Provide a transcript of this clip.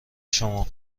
شما